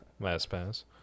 LastPass